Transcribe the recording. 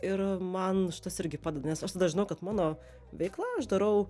ir man tas irgi padeda nes aš žinau kad mano veikla aš darau